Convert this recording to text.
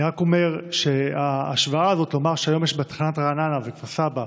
אני רק אומר שההשוואה הזאת לומר שהיום בתחנת רעננה וכפר סבא